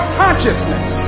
consciousness